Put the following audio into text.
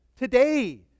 Today